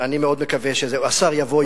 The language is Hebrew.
השר יבוא,